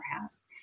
House